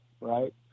right